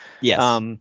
Yes